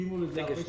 חיכינו לזה הרבה שנים.